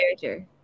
character